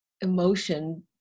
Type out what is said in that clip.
emotion